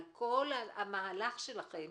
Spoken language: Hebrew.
על כל המהלך שלכם